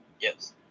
Yes